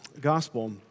gospel